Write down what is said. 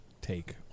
take